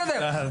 בסדר.